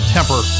Temper